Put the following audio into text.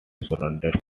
surrounded